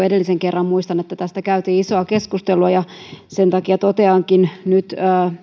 edellisen kerran käytiin isoa keskustelua ja sen takia toteankin nyt